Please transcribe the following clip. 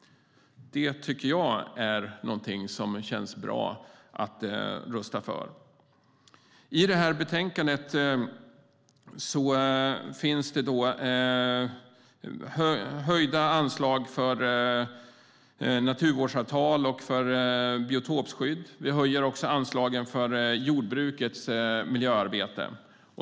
Det känns bra. Inom detta utgiftsområde finns höjda anslag för naturvårdsavtal och för biotopskydd. Vi höjer också anslagen för jordbrukets miljöarbete.